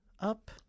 up